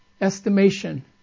estimation